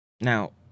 Now